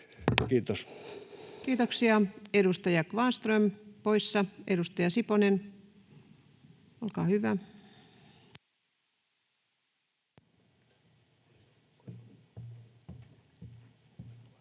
Content: Kiitoksia. — Edustaja Kvarnström, poissa. — Edustaja Siponen, olkaa hyvä. [Speech